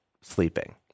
sleeping